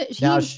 now